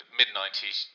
mid-90s